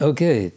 Okay